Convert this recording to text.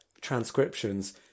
transcriptions